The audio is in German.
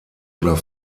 oder